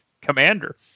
commander